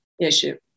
issue